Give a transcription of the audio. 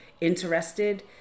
interested